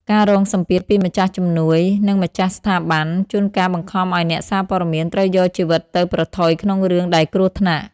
ការរងសម្ពាធពីម្ចាស់ជំនួយ និងម្ចាស់ស្ថាប័ន ជួនកាលបង្ខំឱ្យអ្នកសារព័ត៌មានត្រូវយកជីវិតទៅប្រថុយក្នុងរឿងដែលគ្រោះថ្នាក់។